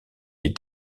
est